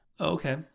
Okay